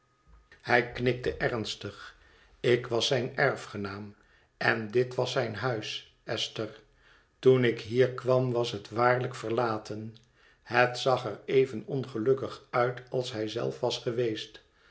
hij knikte ernstig ik was zijn erfgenaam en dit was zijn huis esther toen ik hier kwam was het waarlijk verlaten het zag er even ongelukkig uit als hij zelf was geweest